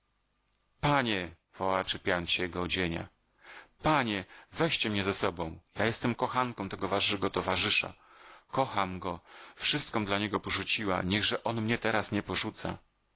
panie wołała czepiając się jego odzienia panie weźcie mnie ze sobą ja jestem kochanką tego waszego towarzysza kocham go wszystkom dla niego porzuciła niechże on mnie teraz nie porzuca